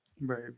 Right